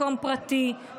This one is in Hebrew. מקום פרטי,